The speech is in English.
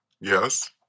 Yes